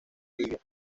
libia